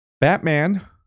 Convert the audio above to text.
Batman